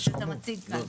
שאתה מציג כאן.